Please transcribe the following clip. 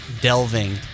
delving